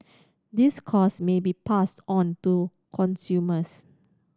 these cost may be passed on to consumers